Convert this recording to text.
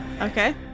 Okay